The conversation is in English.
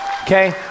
Okay